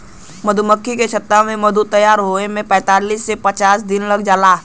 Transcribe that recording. मधुमक्खी के छत्ता में मधु तैयार होये में पैंतालीस से पचास दिन लाग जाला